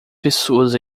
pessoas